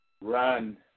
Run